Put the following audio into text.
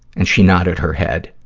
and she nodded her head.